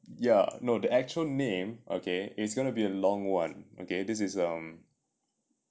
ya no the actual name okay it's gonna be a long one okay this is um